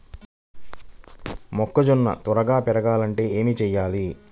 మొక్కజోన్న త్వరగా పెరగాలంటే ఏమి చెయ్యాలి?